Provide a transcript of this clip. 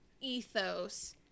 ethos